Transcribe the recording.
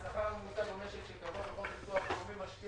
השכר הממוצע במשק שקבוע בחוק --- משפיע